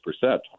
percent